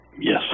Yes